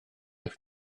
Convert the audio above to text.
eich